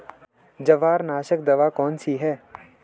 जवार नाशक दवा कौन सी है?